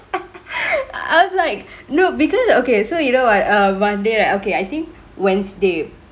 I was like no because okay so you know what err monday right okay I think wednesday